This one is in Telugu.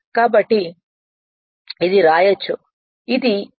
కాబట్టి ఇది వ్రాయొచ్చు ఇది ఈ n ns P 120